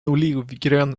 olivgrön